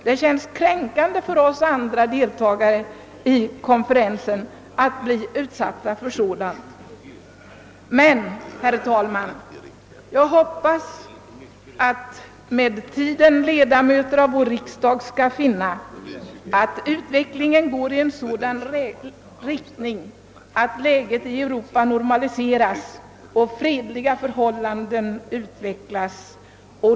Det känns kränkande för oss andra deltagare i konferensen att bli utsatta för sådant. Jag hoppas dock, herr talman, att med tiden ledamöter av vår riksdag skall finna att utvecklingen går i en sådan riktning att läget i Europa normaliseras och fredliga förhållanden uppstår.